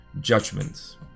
judgment